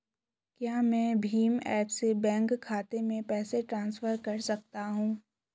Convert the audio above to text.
क्या मैं भीम ऐप से बैंक खाते में पैसे ट्रांसफर कर सकता हूँ?